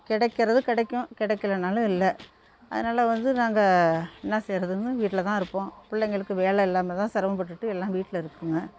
கிடைக்கிறது கிடைக்கும் கிடைக்கிலனாலும் இல்லை அதனால் வந்து நாங்கள் என்ன செய்கிறதுன்னா வீட்டில் தான் இருப்போம் பிள்ளைங்களுக்கு வேலை இல்லாமல் தான் சிரமப்பட்டுட்டு எல்லாம் வீட்டில் இருக்குதுங்க